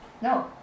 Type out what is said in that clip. No